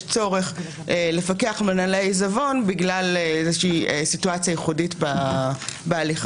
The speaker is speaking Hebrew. צורך לפקח על מנהלי העיזבון בגלל איזושהי סיטואציה ייחודית בהליך.